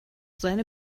seine